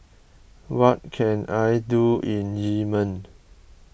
what can I do in Yemen